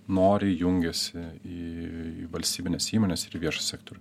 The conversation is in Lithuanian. noriai jungiasi į valstybines įmones ir viešą sektorių